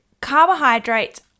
carbohydrates